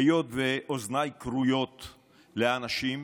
היות שאוזניי כרויות לאנשים,